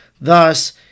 Thus